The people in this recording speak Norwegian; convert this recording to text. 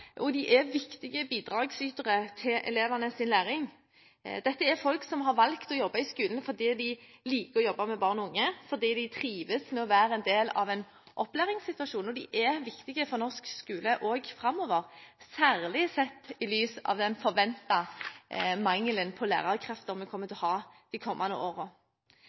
og de er viktige bidragsytere til elevenes læring. Dette er folk som har valgt å jobbe i skolen fordi de liker å jobbe med barn og unge, fordi de trives med å være en del av en opplæringssituasjon, og de er viktige for norsk skole også framover – særlig sett i lys av den forventede mangelen på lærerkrefter vi kommer til å ha de kommende